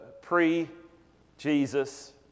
pre-Jesus